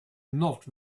not